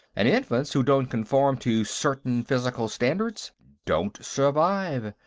and infants who don't conform to certain physical standards don't survive.